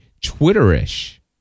Twitter-ish